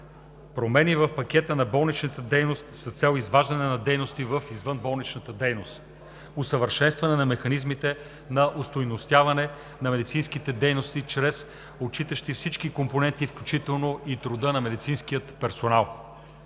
промени в пакета на болничната дейност с цел изваждане на дейности в извънболничната дейност; - усъвършенстване на механизмите на остойностяване на медицинските дейности, отчитащи всички компоненти, включително и труда на медицинския персонал;